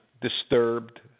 disturbed